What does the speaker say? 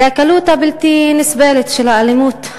זו הקלות הבלתי-נסבלת של האלימות,